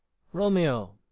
romeo,